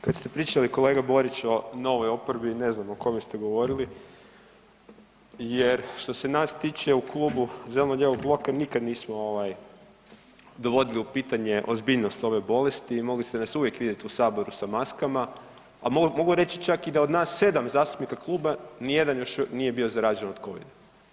Kad ste pričali kolega Borić o novoj oporbi, ne znam o kome ste govorili jer što se nas tiče u Klubu zeleno-lijevog bloka nikad nismo ovaj dovodili u pitanje ozbiljnost ove bolesti i mogli ste nas uvijek vidjeti u saboru sa maskama, a mogu reći čak i da od nas 7 zastupnika kluba ni jedan nije još nije bio zaražen od Covida.